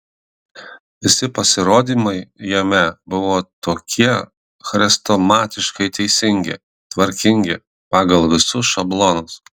visi pasirodymai jame buvo tokie chrestomatiškai teisingi tvarkingi pagal visus šablonus